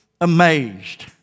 amazed